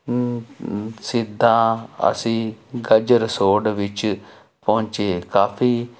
ਸਿੱਧਾ ਅਸੀਂ ਗਜਰਸੋਡ ਵਿੱਚ ਪਹੁੰਚੇ ਕਾਫ਼ੀ